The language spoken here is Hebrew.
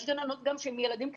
יש גם גננות עם ילדים קטנים.